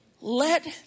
let